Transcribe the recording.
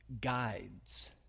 guides